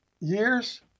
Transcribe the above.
years